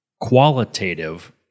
qualitative